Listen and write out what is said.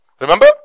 Remember